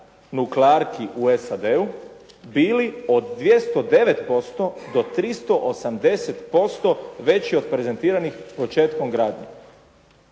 nuklearki u SAD-u bili od 209% do 380% veći od prezentiranih početkom gradnje.